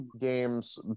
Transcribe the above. games